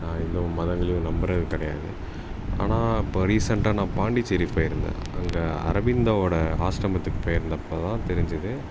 நான் எந்தவொரு மதங்களையும் நம்புகிறது கிடையாது ஆனால் இப்போ ரீசெண்ட்டாக நான் பாண்டிச்சேரி போயிருந்தேன் அங்கே அரவிந்தாவோடய ஆஸ்ரமத்துக்கு போயிருந்தப்போதான் தெரிஞ்சுது